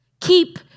Keep